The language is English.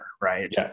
right